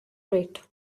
rate